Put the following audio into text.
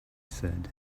said